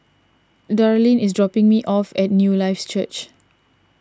Darleen is dropping me off at Newlife Church